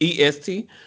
EST